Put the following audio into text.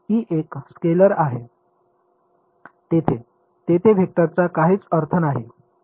E एक scalar आहे तेथे तेथे वेक्टरचा काहीच अर्थ नाही